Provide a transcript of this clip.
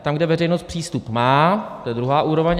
Tam, kde veřejnost přístup má, to je druhá úroveň.